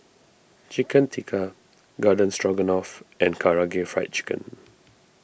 Chicken Tikka Garden Stroganoff and Karaage Fried Chicken